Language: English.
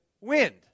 wind